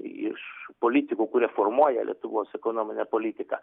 iš politikų kurie formuoja lietuvos ekonominę politiką